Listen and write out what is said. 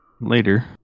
Later